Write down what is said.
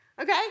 Okay